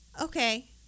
okay